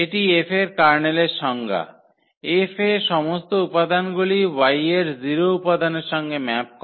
এটি F এর কার্নেলের সংজ্ঞা F এর সমস্ত উপাদানগুলি Y এর 0 উপাদানের সঙ্গে ম্যাপ করা